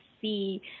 see